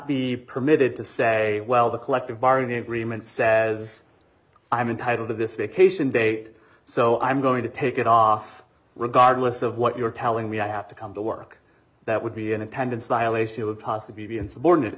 be permitted to say well the collective bargaining agreement says i'm entitled to this vacation date so i'm going to take it off regardless of what you're telling me i have to come to work that would be in attendance violation would possibly be in